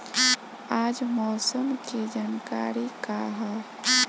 आज मौसम के जानकारी का ह?